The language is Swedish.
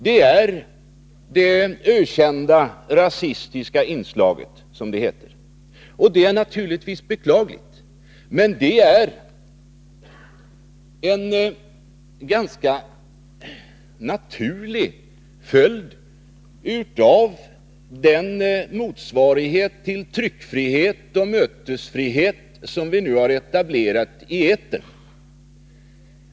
Det är främst det ökända rasistiska inslaget, som naturligtvis är beklagligt. Men det är en ganska naturlig följd av den motsvarighet till tryckfrihet och mötesfrihet som vi nu har etablerat i etern.